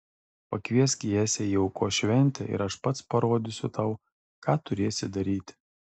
pakviesk jesę į aukos šventę ir aš pats parodysiu tau ką turėsi daryti